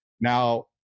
Now